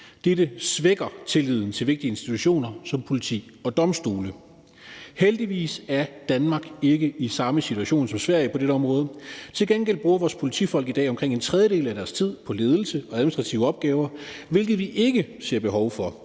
Dette svækker tilliden til vigtige institutioner som politi og domstole. Heldigvis er Danmark ikke i samme situation som Sverige på dette område. Til gengæld bruger vores politifolk i dag omkring en tredjedel af deres tid på ledelse og administrative opgaver, hvilket vi ikke ser behov for